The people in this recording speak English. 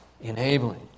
enabling